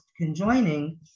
conjoining